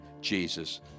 Jesus